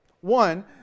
One